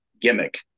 gimmick